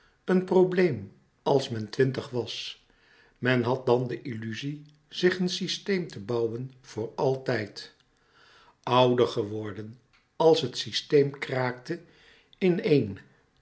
een probleem als men twintig was men had dan de illuzie zich een systeem te bouwen voor altijd ouder geworden als het systeem kraakte in een